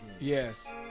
Yes